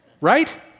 Right